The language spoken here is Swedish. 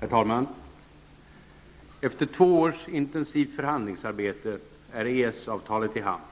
Herr talman! Efter två års intensivt förhandlingsarbete är EES-avtalet i hamn.